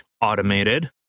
automated